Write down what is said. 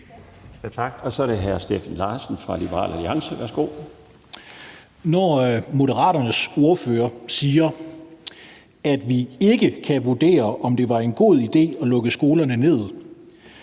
Så er det hr. Steffen Larsen fra Liberal Alliance. Værsgo. Kl. 15:49 Steffen Larsen (LA): Når Moderaternes ordfører siger, at vi ikke kan vurdere, om det var en god idé at lukke skolerne ned,